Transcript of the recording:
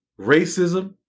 Racism